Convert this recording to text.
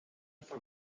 for